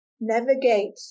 navigate